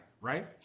right